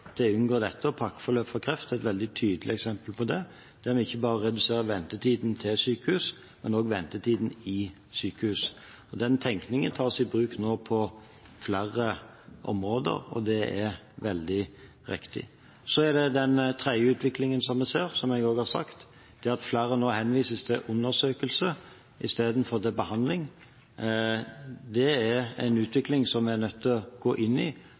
for å unngå dette. Pakkeforløpet for kreft er et veldig tydelig eksempel på det, der en ikke bare reduserer ventetiden til sykehus, men også ventetiden i sykehus. Den tenkningen tas nå i bruk på flere områder, og det er veldig riktig. Den tredje utviklingen som vi ser, og som jeg også har sagt noe om, er at flere nå henvises til undersøkelse istedenfor til behandling. Det er en utvikling som vi er nødt til å gå inn i